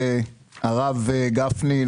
הרב גפני,